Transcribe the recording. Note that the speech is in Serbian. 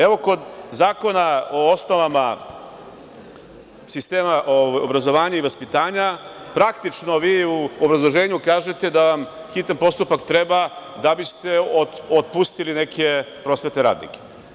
Evo kod Zakona o osnovama sistema obrazovanja i vaspitanja, praktično, vi u obrazloženju kažete da vam hitan postupak treba da bi ste otpustili neke prosvetne radnike.